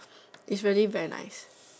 is really very nice